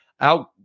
out